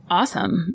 awesome